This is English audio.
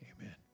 amen